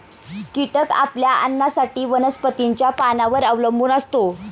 कीटक आपल्या अन्नासाठी वनस्पतींच्या पानांवर अवलंबून असतो